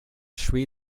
sri